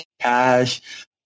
cash